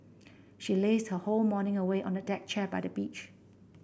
she lazed her whole morning away on a deck chair by the beach